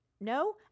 No